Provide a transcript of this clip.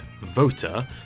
voter